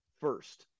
first